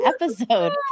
episode